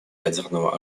ядерного